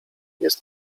jest